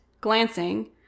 glancing